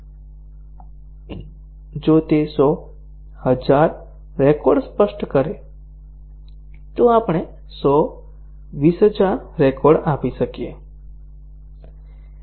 જો તે સો હજાર રેકોર્ડ સ્પષ્ટ કરે તો આપણે સો વીસ હજાર રેકોર્ડ આપી શકીએ